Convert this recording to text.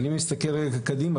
אבל אם נסתכל קדימה,